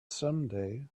someday